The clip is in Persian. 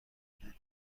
میدهند